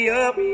up